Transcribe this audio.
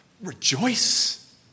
Rejoice